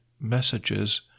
messages